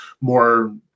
more